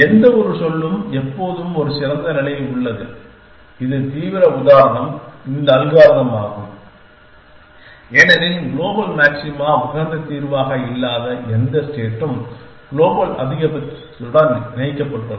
எந்தவொரு சொல்லும் எப்போதுமே ஒரு சிறந்த நிலை உள்ளது இது தீவிர உதாரணம் இந்த அல்காரிதம்யாகும் ஏனெனில் க்ளோபல் மாக்ஸிமா உகந்த தீர்வாக இல்லாத எந்த ஸ்டேட்டும் க்ளோபல் அதிகபட்சத்துடன் இணைக்கப்பட்டுள்ளது